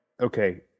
okay